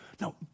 No